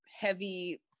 heavy